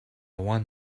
one